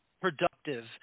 productive